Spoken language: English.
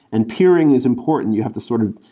and peering is important. you have to sort of